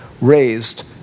raised